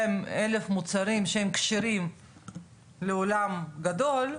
מיליון מוצרים שהם כשרים לעולם הגדול,